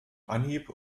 anhieb